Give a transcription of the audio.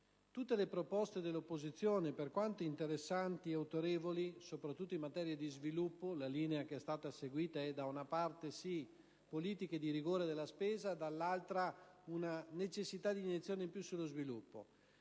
Tutte le proposte delle opposizioni, per quanto interessanti e autorevoli, soprattutto in materia di sviluppo (la linea che è stata seguita è, da una parte, politiche di rigore della spesa, dall'altra, necessità di ulteriori "iniezioni" sullo sviluppo)